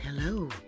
Hello